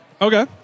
Okay